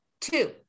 two